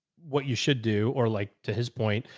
what you should do, or like, to his point,